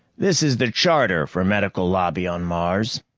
this is the charter for medical lobby on mars.